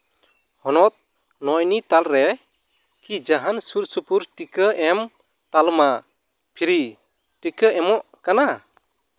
ᱦᱚᱱᱚᱛ ᱱᱚᱭ ᱱᱤ ᱛᱟᱞ ᱨᱮ ᱠᱤ ᱡᱟᱦᱟᱱ ᱥᱩᱨᱼᱥᱩᱯᱩᱨ ᱴᱤᱠᱟᱹ ᱮᱢ ᱛᱟᱞᱢᱟ ᱯᱷᱨᱤ ᱴᱤᱠᱟᱹ ᱮᱢᱚᱜ ᱠᱟᱱᱟ